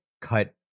cut